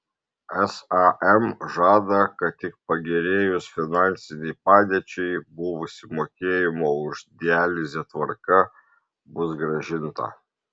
sam žada kad tik pagerėjus finansinei padėčiai buvusi mokėjimo už dializę tvarka bus grąžinta